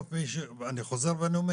אני חוזר ואומר,